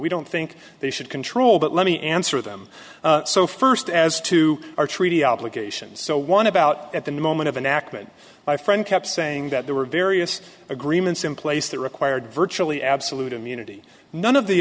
we don't think they should control but let me answer them so first as to our treaty obligations so one about at the moment of the nachman my friend kept saying that there were various agreements in place that required virtually absolute immunity none of the